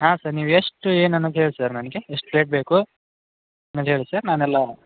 ಹಾಂ ಸರ್ ನೀವು ಎಷ್ಟು ಏನೇನು ಅಂತ ಹೇಳಿ ಸರ್ ನನಗೆ ಎಷ್ಟು ಪ್ಲೇಟ್ ಬೇಕು ಅನ್ನೋದು ಹೇಳಿ ಸರ್ ನಾನು ಎಲ್ಲ